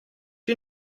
you